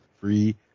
Free